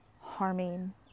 harming